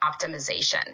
optimization